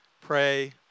pray